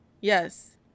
yes